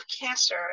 cancer